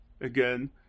again